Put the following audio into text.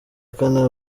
kane